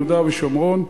ביהודה ושומרון.